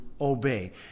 obey